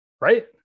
Right